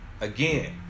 Again